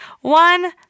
one